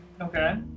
Okay